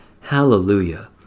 Hallelujah